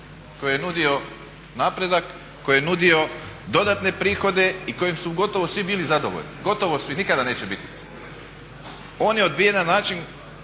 koji je nudio napredak, koji je nudio dodatne prihode i s kojim su gotovo svi bili zadovoljni, gotovo svi, nikada neće biti svi. On je odbijen na način